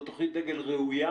זאת תוכנית דגל ראויה,